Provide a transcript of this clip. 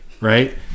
right